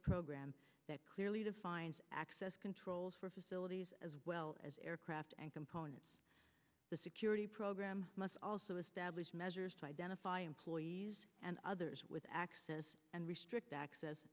program that clearly defines access controls for facilities as well as aircraft and components the security program must also establish measures to identify employees and others with access and restrict access